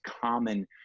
common